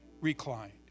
reclined